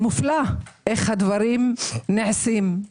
מופלא איך הדברים נעשים.